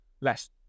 less